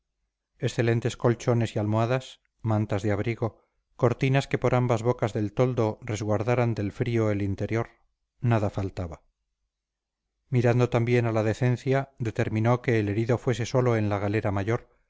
excelentes colchones y almohadas mantas de abrigo cortinas que por ambas bocas del toldo resguardaran del frío el interior nada faltaba mirando también a la decencia determinó que el herido fuese solo en la galera mayor